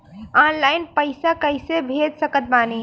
Online पैसा कैसे भेज सकत बानी?